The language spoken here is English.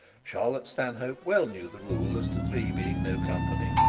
charlotte stanhope well knew the rule as to three being no company,